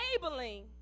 Enabling